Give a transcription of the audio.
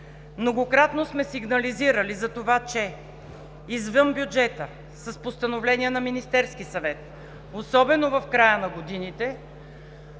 Многократно сме сигнализирали за това, че извън бюджета, с постановление на Министерския съвет, особено в края на годините,